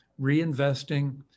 reinvesting